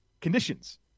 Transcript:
conditions